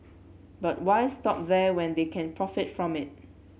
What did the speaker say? but why stop there when they can profit from it